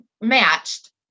matched